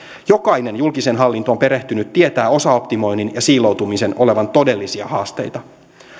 jokainen julkiseen hallintoon perehtynyt tietää osaoptimoinnin ja siiloutumisen olevan todellisia haasteita